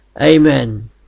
Amen